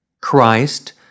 Christ